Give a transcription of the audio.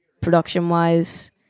production-wise